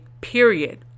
period